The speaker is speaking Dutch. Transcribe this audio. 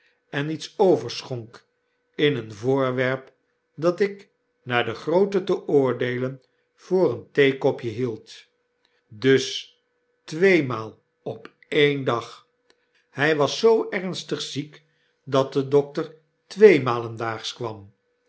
en iets overschonk in een voorwerp dat ik naar de grootte te oordeelen voor een theekopje hield dus tweemaal op een dag hy was zoo ernstig ziek dat de dokter tweemalen daags kwam